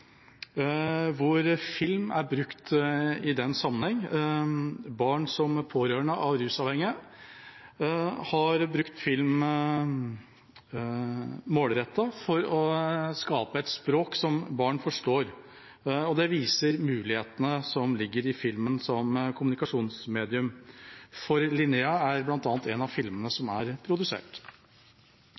hvor film er brukt i den sammenheng. Barn som pårørende av rusavhengige har målrettet brukt film for å skape et språk som barn forstår. Det viser mulighetene som ligger i filmen som kommunikasjonsmedium. «For Linnea» er bl.a. en av filmene som er produsert.